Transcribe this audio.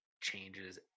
changes